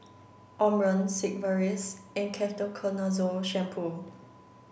Omron Sigvaris and Ketoconazole shampoo